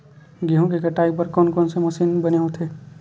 गेहूं के कटाई बर कोन कोन से मशीन बने होथे?